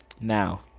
now